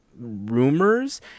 rumors